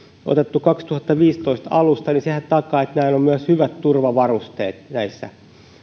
otettu käyttöön kaksituhattaviisitoista alusta ja sehän takaa että on myös hyvät turvavarusteet näissä